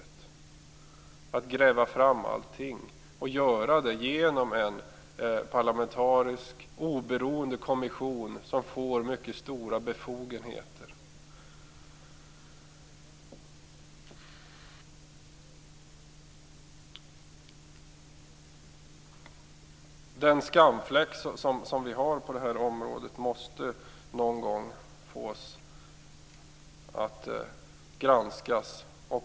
Vi skall gräva fram allting, och vi skall göra det genom en parlamentarisk oberoende kommission som får mycket stora befogenheter. Den skamfläck som finns på detta område måste någon gång granskas.